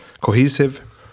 cohesive